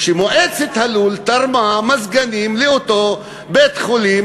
מועצת הלול תרמה מזגנים לאותו בית-חולים